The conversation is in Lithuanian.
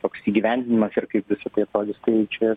toks įgyvendinimas ir kaip visa tai atrodys tai čia